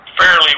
fairly